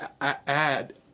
add